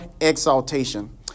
exaltation